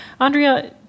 Andrea